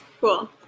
cool